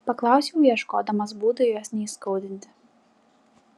paklausiau ieškodamas būdų jos neįskaudinti